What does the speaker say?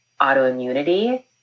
autoimmunity